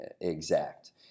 exact